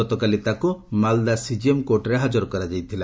ଗତକାଲି ତାକୁ ମାଲଦା ସିଜିଏମ୍ କୋର୍ଟ୍ରେ ହାଜର କରାଯାଇଥିଲା